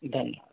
धन्यवाद